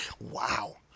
wow